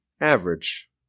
average